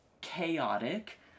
chaotic